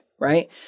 right